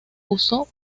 usó